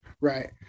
Right